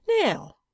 Now